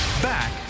back